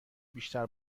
بیشتر